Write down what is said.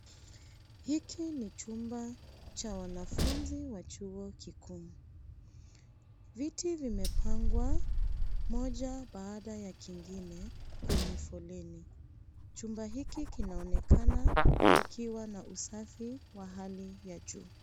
Hiki ni chumba cha wanafunzi wa chuo kikuu. Viti vimepangwa moja baada ya kingine kwenye foleni. Chumba hiki kinaonekana kikiwa na usafi wa hali ya juu.